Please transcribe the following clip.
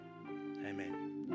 amen